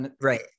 Right